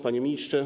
Panie Ministrze!